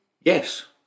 Yes